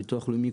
ביטוח לאומי,